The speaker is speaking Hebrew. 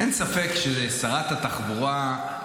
אין ספק שלשרת התחבורה,